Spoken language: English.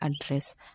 address